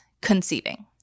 conceiving